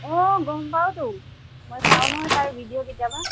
অ' গম পাওঁটো মই চাওঁ নহয় তাৰ ভিডিঅ' কেতিয়াবা